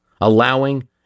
allowing